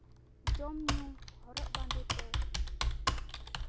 ᱡᱚᱢ ᱧᱩ ᱦᱚᱨᱚᱜ ᱵᱟᱸᱫᱮᱛᱮ